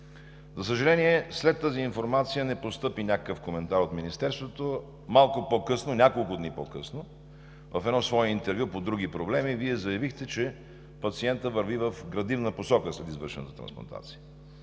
За съжаление, след тази информация не постъпи някакъв коментар от Министерството. Няколко дни по-късно в едно свое интервю по други проблеми Вие заявихте, че пациентът върви в градивна посока след извършената трансплантация.